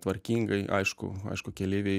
tvarkingai aišku aišku keleiviai